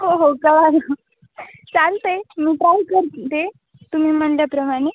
हो हो कळलं चालत आहे मी कॉल करते तुम्ही म्हटल्याप्रमाणे